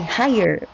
higher